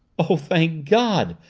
oh, thank god!